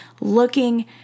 looking